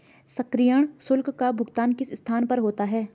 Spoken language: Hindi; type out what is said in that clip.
सक्रियण शुल्क का भुगतान किस स्थान पर होता है?